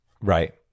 Right